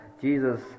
Jesus